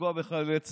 לפגוע בחיילי צה"ל.